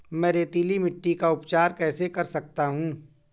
मैं रेतीली मिट्टी का उपचार कैसे कर सकता हूँ?